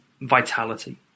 vitality